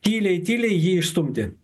tyliai tyliai jį išstumti